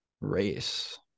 race